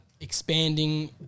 expanding